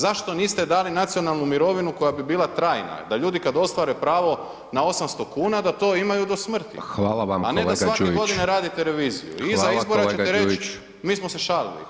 Zašto niste dali nacionalnu mirovinu koja bi bila trajna, da ljudi kad ostvare pravo na 800,00 kn da to imaju do smrti [[Upadica: Hvala vam kolega Đujić]] a ne da svake godine radite reviziju? [[Upadica: Hvala kolega Đujić]] Iza izbora ćete reć mi smo se šalili.